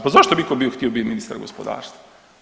Pa zašto bi itko htio biti ministar gospodarstva?